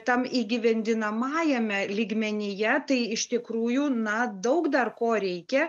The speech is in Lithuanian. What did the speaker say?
tam įgyvendinamajame lygmenyje tai iš tikrųjų na daug dar ko reikia